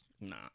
Nah